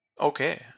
okay